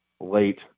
late